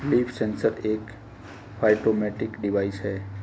leaf sensor एक phytometric device है